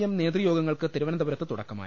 M നേതൃയോഗങ്ങൾക്ക് തിരുവനന്തപുര ത്ത് തുടക്കമായി